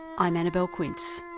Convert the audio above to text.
i'm annabelle quince